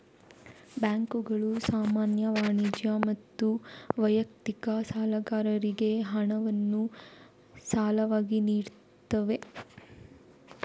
ಬ್ಯಾಂಕುಗಳು ಸಾಮಾನ್ಯ, ವಾಣಿಜ್ಯ ಮತ್ತು ವೈಯಕ್ತಿಕ ಸಾಲಗಾರರಿಗೆ ಹಣವನ್ನು ಸಾಲವಾಗಿ ನೀಡುತ್ತವೆ